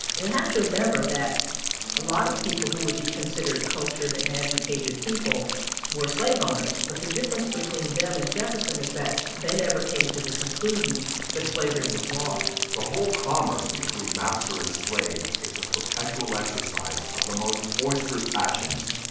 and you have to remember that a lot of people who would be considered cultured and educated people were slave owners. but the difference between them and jefferson is that they never came to the conclusion that slavery was wrong the whole commerce between master and slave is a perpetual exercise of the most boisterous passions,